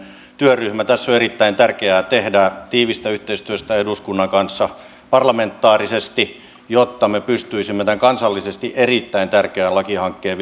työryhmä tässä on erittäin tärkeää tehdä tiivistä yhteistyötä eduskunnan kanssa parlamentaarisesti jotta me pystyisimme tämän kansallisesti erittäin tärkeän lakihankkeen